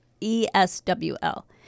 E-S-W-L